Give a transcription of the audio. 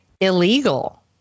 illegal